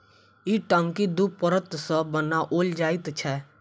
ई टंकी दू परत सॅ बनाओल जाइत छै